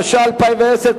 התש"ע 2010,